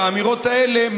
באמירות האלה,